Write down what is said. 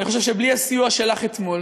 אני חושב שבלי הסיוע שלך אתמול